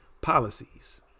policies